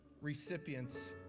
recipients